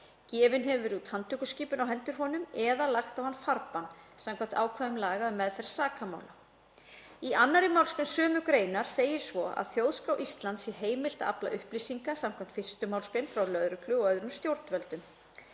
gefin hefur verið út handtökuskipun á hendur honum eða lagt á hann farbann samkvæmt ákvæðum laga um meðferð sakamála. Í 2. mgr. sömu greinar segir svo að Þjóðskrá Íslands sé heimilt að afla upplýsinga samkvæmt 1. mgr. frá lögreglu og öðrum stjórnvöldum.